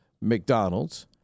McDonald's